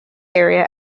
area